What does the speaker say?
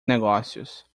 negócios